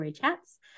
Chats